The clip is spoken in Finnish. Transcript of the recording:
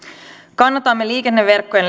kannatamme liikenneverkkojen